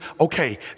okay